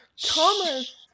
Thomas